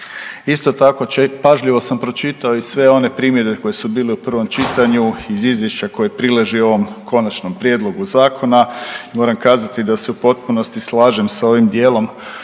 Isto tako pažljivo sam pročitao i sve one primjedbe koje su bile u prvom čitanju iz izvješće koje prileži ovom Konačnom prijedlogu zakona. Moram kazati da se u potpunosti slažem s ovim dijelom